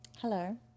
Hello